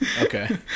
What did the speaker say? Okay